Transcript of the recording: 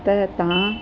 त तव्हां